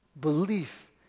belief